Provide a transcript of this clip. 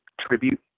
tribute